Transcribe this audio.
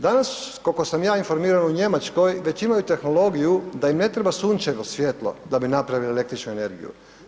Danas koliko sam ja informiran u Njemačkoj već imaju tehnologiju da im ne treba sunčevo svjetlo da bi napravili električnu energiju.